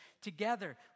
together